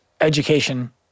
education